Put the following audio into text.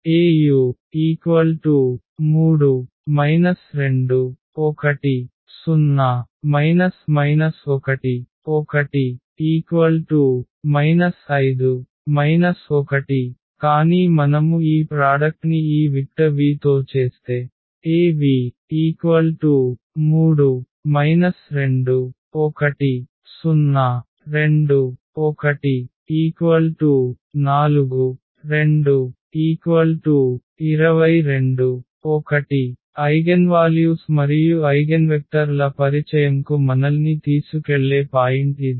Au3 2 1 0 1 1 5 1 కానీ మనము ఈ ప్రాడక్ట్ని ఈ vector v తో చేస్తే Av3 2 1 0 2 1 4 2 22 1 ఐగెన్వాల్యూస్ మరియు ఐగెన్వెక్టర్ ల పరిచయంకు మనల్ని తీసుకెళ్లే పాయింట్ ఇది